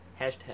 Hashtag